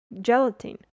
gelatin